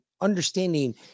understanding